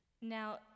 Now